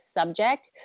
subject